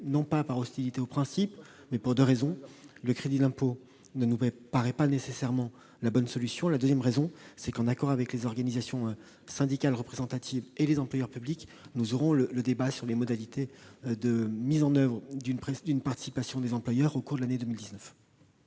non par hostilité au principe, mais pour deux raisons : d'une part, le crédit d'impôt ne paraît pas nécessairement la bonne solution ; d'autre part, en accord avec les organisations syndicales représentatives et les employeurs publics, nous aurons le débat sur les modalités de mise en oeuvre d'une participation des employeurs au cours de l'année 2019.